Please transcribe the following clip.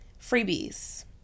freebies